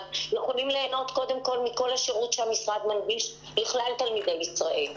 יכולים ליהנות קודם כול מכל השירות שהמשרד מנגיש לכלל תלמידי ישראל.